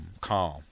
calm